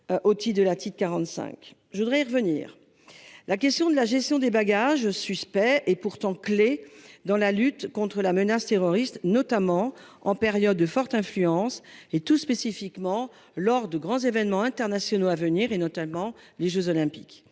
Aussi de la petite 45. Je voudrais revenir. La question de la gestion des bagages suspects et pourtant clé dans la lutte contre la menace terroriste notamment en période de forte influence et tout spécifiquement lors de grands événements internationaux à venir et notamment les Jeux olympiques,